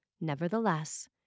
Nevertheless